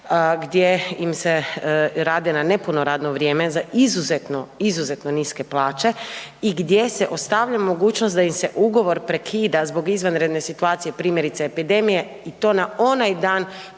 gdje im se rade na nepuno radno vrijeme za izuzetno, izuzetno niske plaće i gdje se ostavlja mogućnost da im se ugovor prekida zbog izvanredne situacija, primjerice epidemije i to na onaj dan kad